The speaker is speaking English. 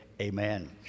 Amen